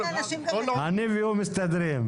אני והוא מסתדרים.